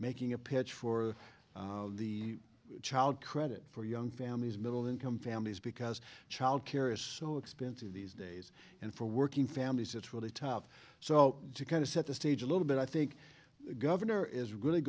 making a pitch for the child credit for young families middle income families because childcare is so expensive these days and for working families it's really tough so to kind of set the stage a little bit i think the governor is really